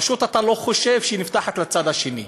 פשוט אתה לא חושב שהיא נפתחת לצד השני.